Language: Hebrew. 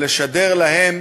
הזה,